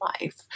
life